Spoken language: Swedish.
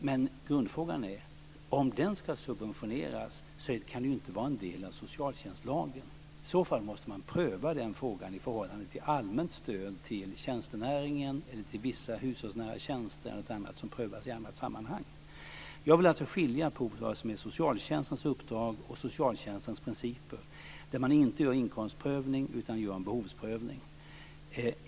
Men det viktiga är att om den ska subventioneras kan det inte ske på socialtjänstlagens grund. Den frågan måste prövas i förhållande till allmänt stöd till tjänstenäringen eller till vissa hushållsnära tjänster som prövas i annat sammanhang. Jag vill alltså skilja mellan socialtjänstens uppdrag och socialtjänstens principer, som innebär att man inte gör en inkomstprövning utan en behovsprövning.